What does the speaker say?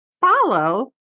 follow